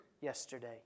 yesterday